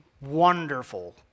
wonderful